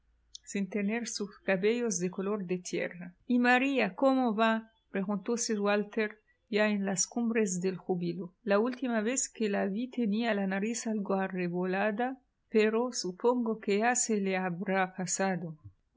sin tener sus cabellos de color de tierra y maría cómo va preguntó sir walter ya en las cumbres del júbilo la última vez que la vi tenía la nariz algo arrebolada pero supongo que ya se le habrá pasado